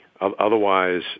Otherwise